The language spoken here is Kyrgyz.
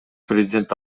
президент